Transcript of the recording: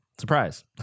Surprise